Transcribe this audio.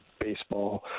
baseball